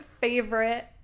favorite